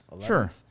sure